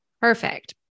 Perfect